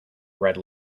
red